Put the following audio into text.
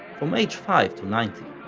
from age five to ninety.